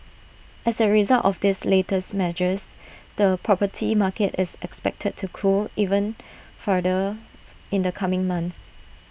as A result of these latest measures the property market is expected to cool even further in the coming months